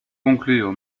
conclure